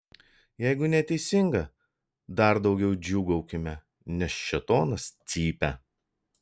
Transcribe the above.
jeigu neteisinga dar daugiau džiūgaukime nes šėtonas cypia